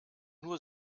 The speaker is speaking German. nur